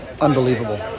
unbelievable